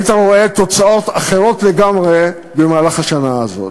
היית רואה תוצאות אחרות לגמרי במהלך השנה הזאת.